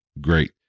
great